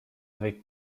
avec